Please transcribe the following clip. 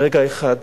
ברגע אחד